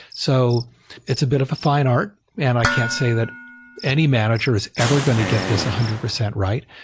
so it's a bit of a fine art, and i can't say that any manager is ever going to get this one hundred percent right,